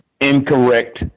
incorrect